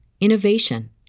innovation